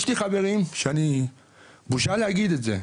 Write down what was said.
יש לי חברים שאני בושה להגיד את זה,